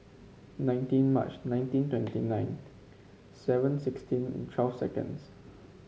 nineteen March nineteen twenty nine seven sixteen twelve seconds